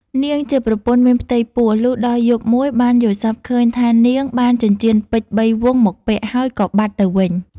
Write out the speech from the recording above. នាងជាប្រពន្ធមានផ្ទៃពោះ លុះដល់យប់មួយបានយល់សប្ដិឃើញថានាងបានចិញ្ចៀនពេជ្របីវង់មកពាក់ ហើយក៏បាត់ទៅវិញ ។